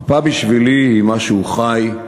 מפה בשבילי היא משהו חי,